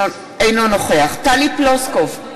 אינו נוכח טלי פלוסקוב,